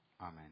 Amen